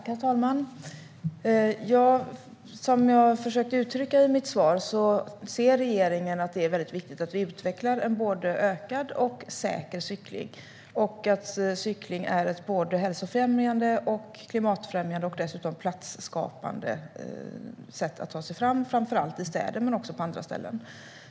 Herr talman! Som jag försökte uttrycka i mitt svar ser regeringen att det är väldigt viktigt att utveckla en ökad och säker cykling och att cykling är ett hälsofrämjande, klimatfrämjande och dessutom platsskapande sätt att ta sig fram, framför allt i städer, men också på andra ställen.